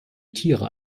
tiere